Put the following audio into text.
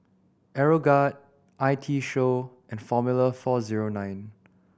Aeroguard I T Show and Formula Four Zero Nine